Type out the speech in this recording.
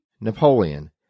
Napoleon